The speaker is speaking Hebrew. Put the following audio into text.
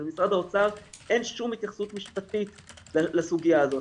אבל ממשרד האוצר אין שום התייחסות משפטית לסוגיה הזו.